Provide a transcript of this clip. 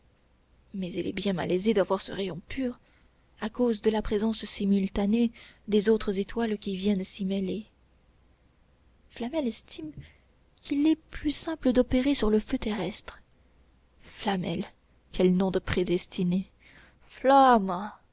mais il est bien malaisé d'avoir ce rayon pur à cause de la présence simultanée des autres étoiles qui viennent s'y mêler flamel estime qu'il est plus simple d'opérer sur le feu terrestre flamel quel nom de prédestiné flamma